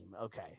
Okay